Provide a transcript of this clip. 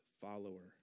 follower